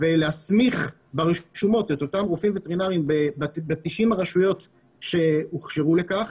ולהסמיך ברשומות את אותם רופאים וטרינריים ב-90 הרשויות שהוכשרו לכך